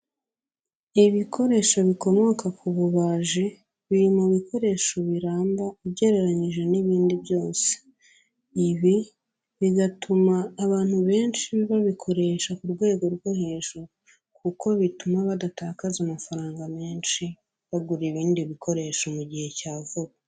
Ibikoresho bikomoka ku bubaji, biri mu bikoresho biramba ugereranyije n'ibindi byose. Ibi bigatuma abantu benshi babikoresha ku rwego rwo hejuru. Kuko bituma badatakaza amafaranga menshi bagura ibindi bikoresho mu gihe cya vuba.